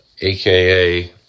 aka